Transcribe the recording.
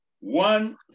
one